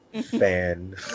fan